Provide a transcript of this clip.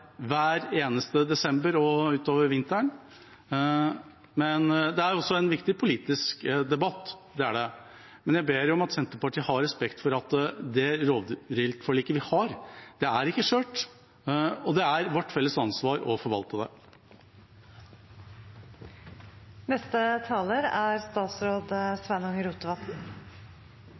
hver eneste desember og utover vinteren. Det er en viktig politisk debatt, det er det, men jeg ber om at Senterpartiet har respekt for at det rovviltforliket vi har, ikke er skjørt, og det er vårt felles ansvar å forvalte det. Når vi adresserer presidenten i denne salen, lèt talen gå via presidenten, som det heiter, er